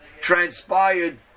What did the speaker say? transpired